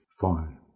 Fine